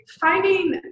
finding